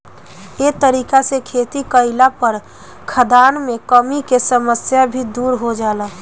ए तरीका से खेती कईला पर खाद्यान मे कमी के समस्या भी दुर हो जाला